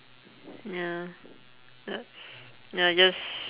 ya ya I just